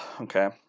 okay